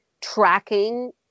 tracking